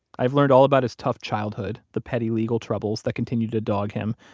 i've learned all about his tough childhood, the petty legal troubles that continue to dog him,